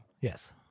Yes